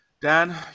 dan